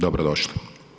Dobro došli.